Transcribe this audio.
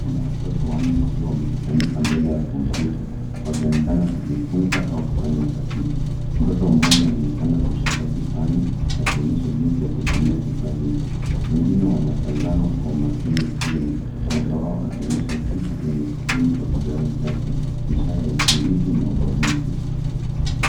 Kundi la watoto wanne wakiwa wamekusanyika mbele ya kompyuta wakionekana kujifunza au kufanya utafiti. Mtoto mmoja anaonekana kushika kipanya akionyesha jinsi ya kutumia kifaa hicho. Wengine wanatazama kwa umakini skrini, mmoja wao akionyesha kitu kwenye skrini kwa kidole chake, ishara ya ushiriki na udadisi.